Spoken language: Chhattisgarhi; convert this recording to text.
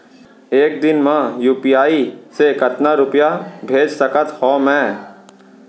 एक दिन म यू.पी.आई से कतना रुपिया भेज सकत हो मैं?